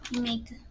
make